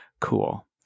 cool